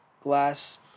glass